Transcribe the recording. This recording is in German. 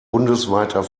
bundesweiter